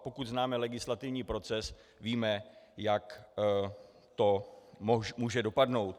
Pokud známe legislativní proces, víme, jak to může dopadnout.